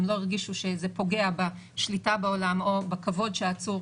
הם לא הרגישו שזה פוגע בשליטה באולם או בכבוד שהעצור